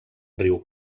riu